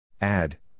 Add